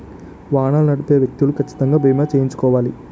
వాహనాలు నడిపే వ్యక్తులు కచ్చితంగా బీమా చేయించుకోవాలి